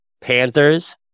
Panthers